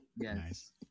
Yes